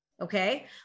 Okay